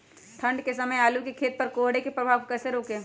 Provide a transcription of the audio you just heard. ठंढ के समय आलू के खेत पर कोहरे के प्रभाव को कैसे रोके?